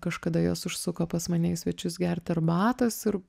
kažkada jos užsuko pas mane į svečius gerti arbatos ir